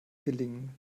gelingen